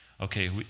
Okay